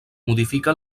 modifica